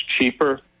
cheaper